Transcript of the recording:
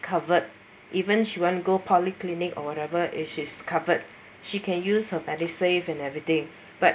covered even if she want to go polyclinic or whatever it is covered she can use her MediSave and everything but